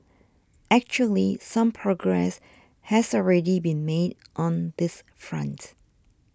actually some progress has already been made on this front